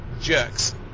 jerks